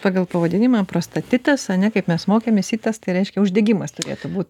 pagal pavadinimą prostatitas ane kaip mes mokėmės itas tai reiškia uždegimas turėtų būt